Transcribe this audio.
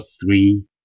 three